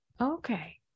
Okay